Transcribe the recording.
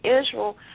Israel